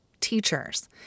Teachers